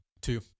Two